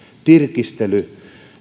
tirkistely